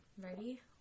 ready